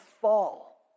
fall